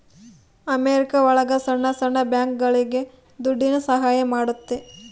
America ಒಳಗ ಸಣ್ಣ ಸಣ್ಣ ಬ್ಯಾಂಕ್ಗಳುಗೆ ದುಡ್ಡಿನ ಸಹಾಯ ಮಾಡುತ್ತೆ